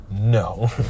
No